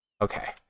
Okay